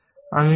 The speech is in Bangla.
আমি করছি